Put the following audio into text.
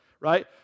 right